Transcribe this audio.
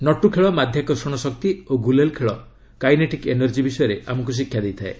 ନଟୁ ଖେଳ ମାଧ୍ୟାକର୍ଷଣ ଶକ୍ତି ଓ ଗୁଲେଲ ଖେଳ କାଇନେଟିକ୍ ଏନର୍ଜି ବିଷୟରେ ଆମକୁ ଶିକ୍ଷା ଦେଇଥାଏ